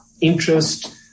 interest